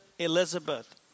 Elizabeth